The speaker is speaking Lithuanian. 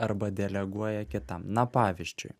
arba deleguoja kitam na pavyzdžiui